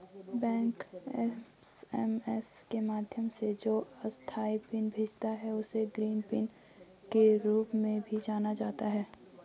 bank SMS के माध्यम से जो अस्थायी पिन भेजता है, उसे ग्रीन पिन के रूप में भी जाना जाता है